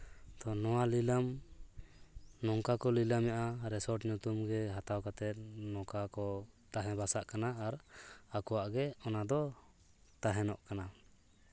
ᱛᱚ ᱱᱚᱣᱟ ᱞᱤᱞᱟᱹᱢ ᱱᱚᱝᱠᱟ ᱠᱚ ᱞᱤᱞᱟᱹᱢᱮᱫᱼᱟ ᱨᱮᱥᱚᱨᱴ ᱧᱩᱛᱩᱢ ᱜᱮ ᱜᱟᱛᱟᱣ ᱠᱟᱛᱮᱫ ᱱᱚᱝᱠᱟ ᱠᱚ ᱛᱟᱦᱮᱸ ᱵᱟᱥᱟᱜ ᱠᱟᱱᱟ ᱟᱨ ᱟᱠᱚᱣᱟᱜ ᱜᱮ ᱚᱱᱟᱫᱚ ᱛᱟᱦᱮᱱᱚᱜ ᱠᱟᱱᱟ